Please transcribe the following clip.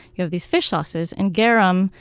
you have these fish sauces. and garum,